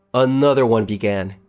another one began!